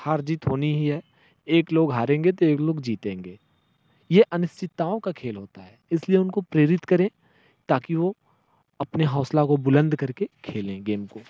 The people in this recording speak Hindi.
हार जीत होनी ही है एक लोग हारेंगे तो एक लोग जीतेंगे ये अनिश्चितताओं का खेल होता है इसलिए उनको प्रेरित करें ताकि वो अपने हौसला को बुलंद करके खेलें गेम को